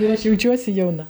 ir aš jaučiuosi jauna